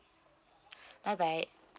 bye bye